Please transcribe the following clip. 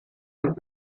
und